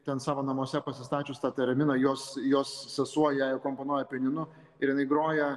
ten savo namuose pasistačius tą teraminą jos jos sesuo jai akomponuoja pianinu ir jinai groja